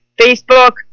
Facebook